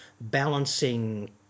balancing